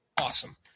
Awesome